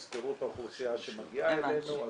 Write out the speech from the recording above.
תזכרו את האוכלוסייה שמגיעה אלינו,